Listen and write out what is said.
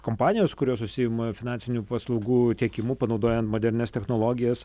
kompanijos kurios užsiima finansinių paslaugų tiekimu panaudojant modernias technologijas